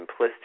simplistic